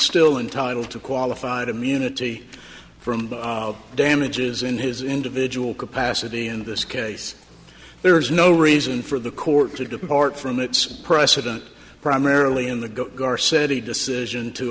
still in title to qualified immunity from the damages in his individual capacity in this case there is no reason for the court to depart from its precedent primarily in the go ghar said a decision to